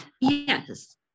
Yes